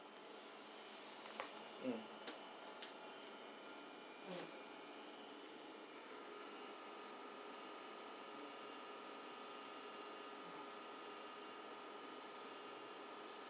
mm